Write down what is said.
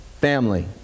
family